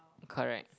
correct